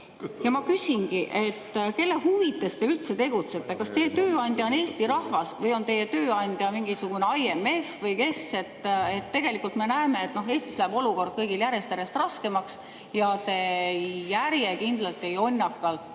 küsingi: kelle huvides te üldse tegutsete? Kas teie tööandja on Eesti rahvas või on teie tööandja mingisugune IMF? Või kes? Tegelikult me näeme, et Eestis läheb olukord kõigil järjest-järjest raskemaks, aga te järjekindlalt ja jonnakalt